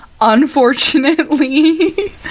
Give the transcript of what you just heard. unfortunately